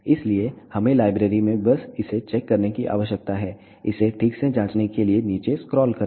इसलिए हमें लाइब्रेरी में बस इसे चेक करने की आवश्यकता है इसे ठीक से जांचने के लिए नीचे स्क्रॉल करें